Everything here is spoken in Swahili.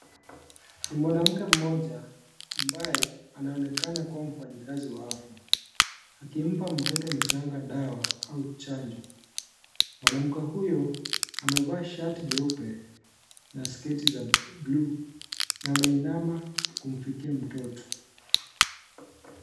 Ni mwanamke mmoja ambaye anaonekana kuwa mfanyikazi wa afya akimpa mtoto mchanga dawa au chanjo, mwanamke huyo amevaa shati nyeupe na sketi za buluu na ameinama kumfikia mtoto.